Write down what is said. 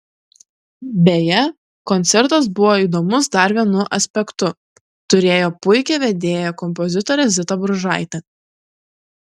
beje koncertas buvo įdomus dar vienu aspektu turėjo puikią vedėją kompozitorę zitą bružaitę